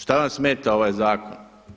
Šta vam smeta ovaj zakon?